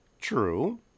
True